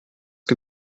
que